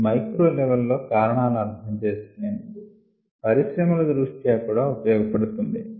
ఇది micro level లో కారణాలు అర్ధం చేసుకొనేందుకు పరిశ్రమల దృష్ట్యా కూడా ఉపయోగపడుతుంది